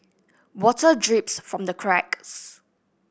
water drips from the cracks